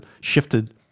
shifted